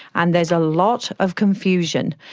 and there's a lot of confusion.